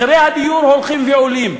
מחירי הדיור הולכים ועולים.